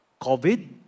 covid